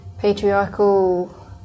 patriarchal